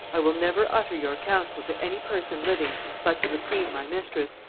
i will never utter your counsel to any person living but to the queen my mistress,